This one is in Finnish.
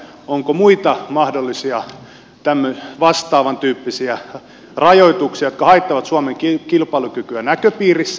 onko muita mahdollisia vastaavantyyppisiä rajoituksia jotka haittaavat suomen kilpailukykyä näköpiirissä